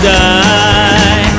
die